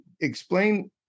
explain